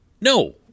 No